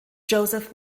joseph